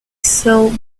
sell